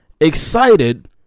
Excited